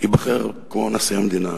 ייבחר כמו נשיא המדינה,